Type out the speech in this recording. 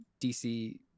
DC